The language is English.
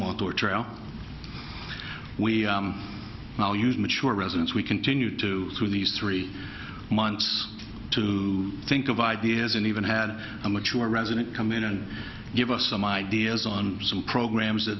motor trail we now use mature residents we continue to through these three months to think of ideas and even had a mature resident come in and give us some ideas on some programs that